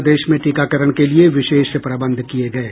प्रदेश में टीकाकरण के लिये विशेष प्रबंध किये गये